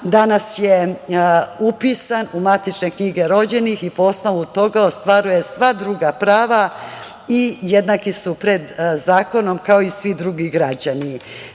danas je upisan u matične knjige rođenih i po osnovu toga ostvaruje sva druga prava i jednaki su pred zakonom, kao i svi drugi građani. Naravno,